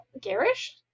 garish